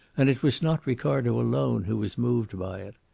and it was not ricardo alone who was moved by it.